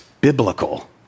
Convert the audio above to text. biblical